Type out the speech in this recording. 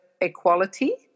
equality